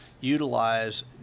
utilize